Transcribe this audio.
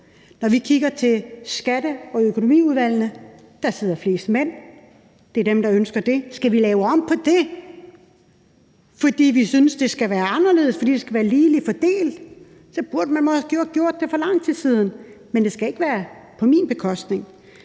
Når vi kigger til Skatteudvalget og Finansudvalget, sidder der er flest mænd. Det er dem, der ønsker det. Skal vi lave om på det, fordi vi synes, det skal være anderledes, fordi det skal være ligeligt fordelt? Så burde man måske have gjort det for lang tid siden. Men det skal ikke være på min bekostning,